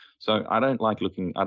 so, i don't like looking,